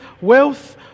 wealth